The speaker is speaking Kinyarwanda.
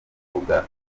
mukobwa